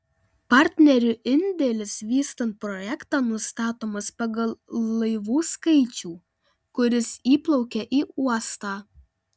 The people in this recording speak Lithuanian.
partnerių indėlis vystant projektą nustatomas pagal laivų skaičių kuris įplaukia į uostą